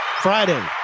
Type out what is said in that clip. Friday